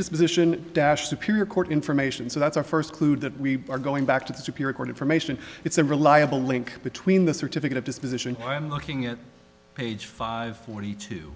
disposition dash superior court information so that's our first clue that we are going back to the superior court information it's a reliable link between the certificate of disposition i am looking at page five forty two